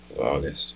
August